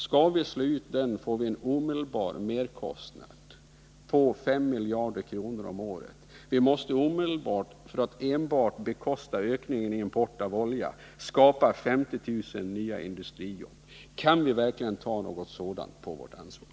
Skall vi slå ut den, får vi en omedelbar merkostnad på 5 miljarder kronor om året. Vi måste omedelbart, för att enbart bekosta ökningen i import av olja, skapa 50 000 nya industrijobb. Kan vi verkligen ta något sådant på vårt ansvar?